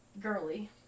girly